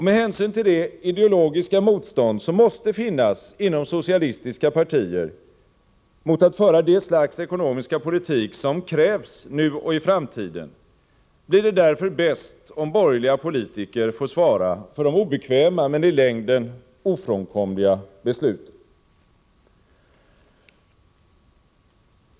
Med hänsyn till det ideologiska motstånd som måste finnas inom socialistiska partier mot att föra det slags ekonomiska politik som krävs nu och i framtiden, blir det därför bäst om borgerliga politiker får svara för de obekväma men i längden ofrånkomliga besluten.